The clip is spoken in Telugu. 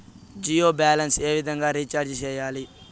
జియో బ్యాలెన్స్ ఏ విధంగా రీచార్జి సేయాలి?